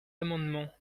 amendements